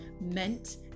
meant